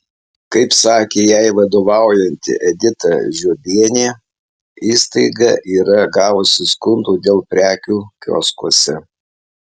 kaip sakė jai vadovaujanti edita žiobienė įstaiga yra gavusi skundų dėl prekių kioskuose